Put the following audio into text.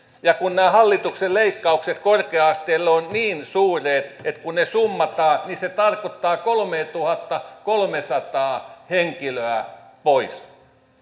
ja kun nämä hallituksen leikkaukset korkea asteelle ovat niin suuret että kun ne summataan niin ne tarkoittavat kolmeatuhattakolmeasataa henkilöä pois